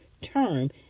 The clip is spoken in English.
term